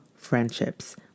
friendships